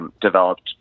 developed